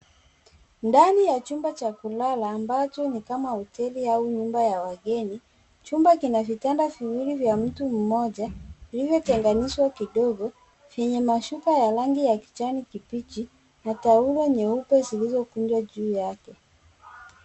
Ndani ya chumba cha kulala ambacho ni kama hoteli au nyumba ya wageni. Chumba kina vitanda viwili vya mtu mmoja vilivyotenganishwa kidogo venye mashuka ya rangi ya kijani kibichi na taulo nyeupe zilizokunjwa juu yake.